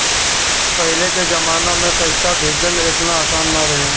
पहिले के जमाना में पईसा भेजल एतना आसान ना रहे